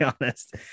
honest